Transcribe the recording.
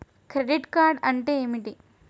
Credit card అంటే ఏమిటి?